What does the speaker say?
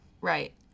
right